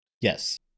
Yes